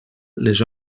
les